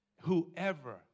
Whoever